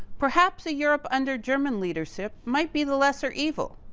perhaps a europe under german leadership might be the lesser evil.